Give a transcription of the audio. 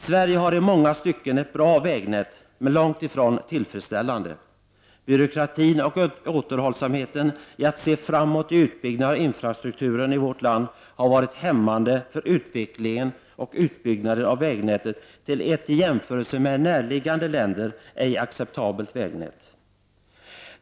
Sverige har i många stycken ett bra vägnät, men det är långt ifrån tillfredsställande. Byråkratin och oförmågan att se framåt när det gäller utbyggnaden av infrastrukturen i vårt land har hämmat utvecklingen och utbyggnaden av vägnätet, så att vägnätet ej kan anses vara acceptabelt jämfört med andra länders.